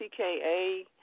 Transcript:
TKA